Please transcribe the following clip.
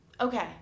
Okay